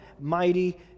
mighty